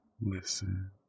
listen